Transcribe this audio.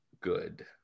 good